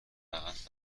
فقط